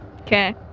Okay